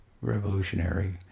revolutionary